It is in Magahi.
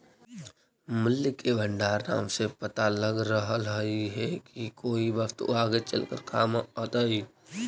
मूल्य के भंडार नाम से पता लग रहलई हे की कोई वस्तु जो आगे चलकर काम अतई